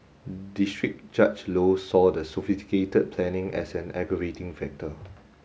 district Judge Low saw the sophisticated planning as an aggravating factor